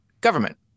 government